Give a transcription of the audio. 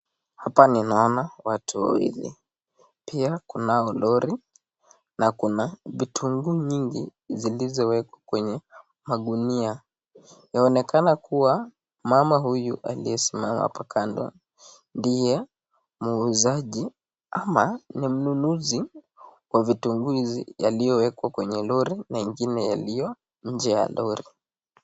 Hapa naona watu wawili pia kunayo lori na kuna vitunguu vingi zilizowekwa kwenye magunia. Yaonekana kuwa mama huyu aliyesimama hapa kando ndiye muuzaji ama ni mnunuzi wa vitunguu hizi yaliwekwa kwenye lori na ingine yaliyo nje ya lori.